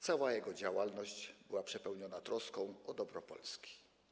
Cała jego działalność była przepełniona troską o dobro Polski.